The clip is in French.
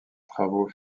travaux